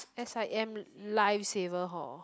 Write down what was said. s_i_m life saver hor